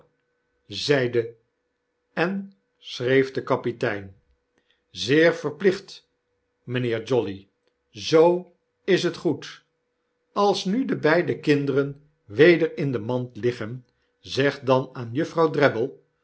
en schreef de kapitein zeer verplicht mynheer jolly zoo is t goed als nu de beide kinderen weder in de mand liggen zeg dan aan juffrouw